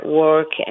work